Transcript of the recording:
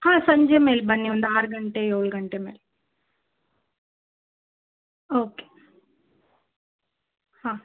ಹಾಂ ಸಂಜೆ ಮೇಲೆ ಬನ್ನಿ ಒಂದು ಆರು ಗಂಟೆ ಏಳು ಗಂಟೆ ಮೇಲೆ ಓಕೆ ಹಾಂ